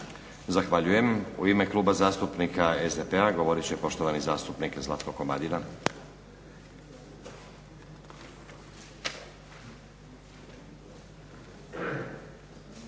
Zahvaljujem. U ime Kluba zastupnika SDP-a govorit će poštovani zastupnik Zlatko Komadina.